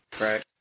right